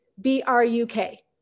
B-R-U-K